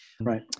Right